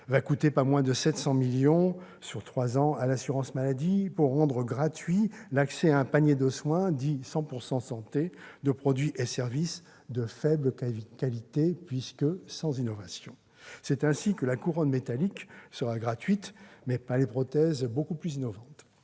va coûter pas moins de 700 millions d'euros sur trois ans à l'assurance maladie pour rendre gratuit l'accès à un panier de soins dit « 100 % santé » de produits et services de faible qualité, puisque sans innovation. C'est ainsi que la couronne métallique sera gratuite, mais pas les prothèses beaucoup plus innovantes.